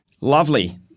Lovely